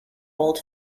called